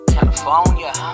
California